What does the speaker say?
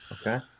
okay